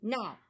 Now